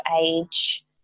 age